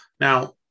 now